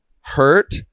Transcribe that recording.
hurt